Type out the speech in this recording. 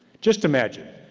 just imagine,